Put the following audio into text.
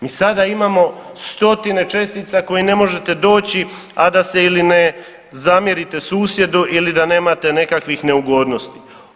Mi sada imamo stotine čestica koje ne možete doći a da se ili ne zamjerite susjedu ili da nemate nekakvih neugodnosti.